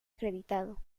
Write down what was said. acreditado